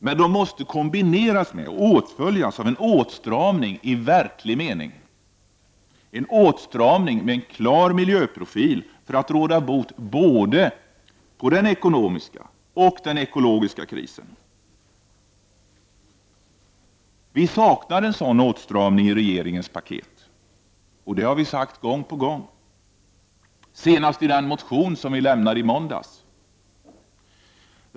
Men de måste kombineras med och åtföljas av en åtstramning i verklig mening, en åtstramning med en klar miljöprofil för att råda bot på både den ekonomiska och den ekologiska krisen. Vi saknar en sådan åtstramning i regeringens paket. Det har vi sagt gång på gång, senast i den motion vi lämnade i måndags.